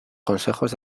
consejos